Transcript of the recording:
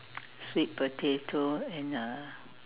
sweet potato and uh